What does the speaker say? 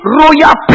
royal